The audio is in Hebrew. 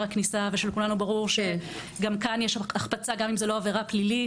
הכניסה ושלכולנו ברור שגם כאן יש החפצה גם אם זה לא עבירה פלילית,